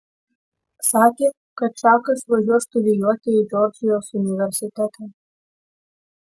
sakė kad čakas važiuos studijuoti į džordžijos universitetą